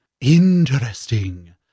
Interesting